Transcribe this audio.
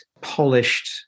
polished